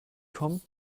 kommen